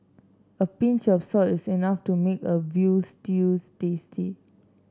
a pinch of salt is enough to make a veal stews tasty